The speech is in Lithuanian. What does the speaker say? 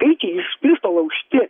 skaičiai iš piršto laužti